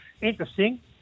interesting